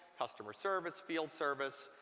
customer service, field service,